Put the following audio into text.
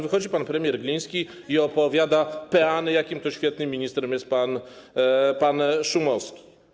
Wychodzi pan premier Gliński i opowiada peany, jakim to świetnym ministrem jest pan Szumowski.